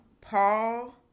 Paul